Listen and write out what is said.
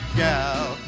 gal